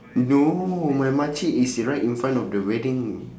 no my makcik is right in front of the wedding